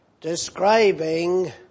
describing